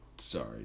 sorry